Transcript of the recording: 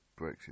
Brexit